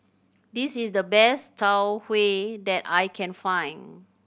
this is the best Tau Huay that I can find